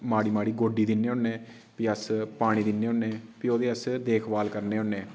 माड़ी माड़ी गोड्ढी दिन्ने होन्ने फ्ही अस पानी दिन्ने होन्ने फ्ही ओह्दी अस देखभाल करने होन्ने